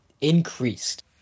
increased